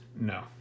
No